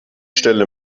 stelle